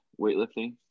weightlifting